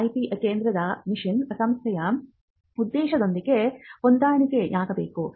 IP ಕೇಂದ್ರದ mission ಸಂಸ್ಥೆಯ ಉದ್ದೇಶದೊಂದಿಗೆ ಹೊಂದಾಣಿಕೆಯಾಗಬೇಕು